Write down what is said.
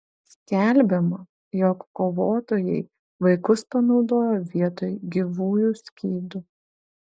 skelbiama jog kovotojai vaikus panaudoja vietoj gyvųjų skydų